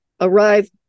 arrive